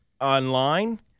online